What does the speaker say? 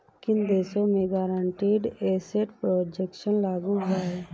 किन देशों में गारंटीड एसेट प्रोटेक्शन लागू हुआ है?